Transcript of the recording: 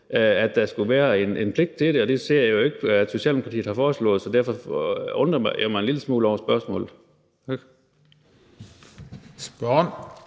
at der skulle være en pligt til det, og det ser jeg jo ikke at Socialdemokratiet har foreslået, så derfor undrer jeg mig en lille smule over spørgsmålet. Kl.